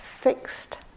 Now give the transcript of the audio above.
fixed